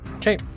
Okay